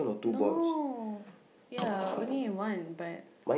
no ya only in one but